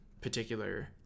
particular